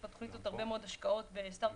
יש בתוכנית הזאת הרבה מאוד השקעות וסטארטאפים